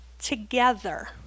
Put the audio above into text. Together